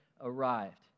arrived